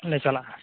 ᱞᱮ ᱪᱟᱞᱟᱜᱼᱟ